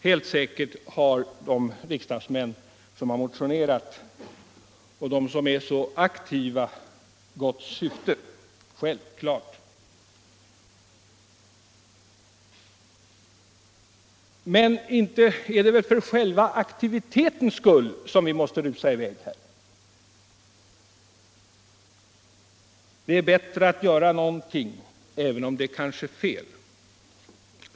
Helt säkert har de riksdagsmän som motionerat och de som är så aktiva ett gott syfte — självfallet. Men inte är det väl för själva aktivitetens skull som vi måste rusa i väg här? Det är bättre att göra någonting, även om det kanske är fel.